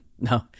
No